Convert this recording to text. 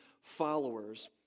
followers